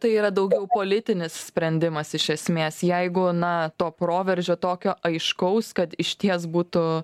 tai yra daugiau politinis sprendimas iš esmės jeigu na to proveržio tokio aiškaus kad išties būtų